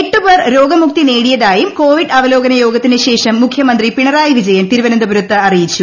എട്ടു പേർ രോഗമുക്തി നേടിയതായും കോവിഡ് അവലോകന യോഗത്തിന് ശേഷം മുഖ്യമന്ത്രി പിണറായി വിജയൻ തിരുവനന്തപുരത്ത് അറിയിച്ചു